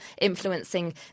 influencing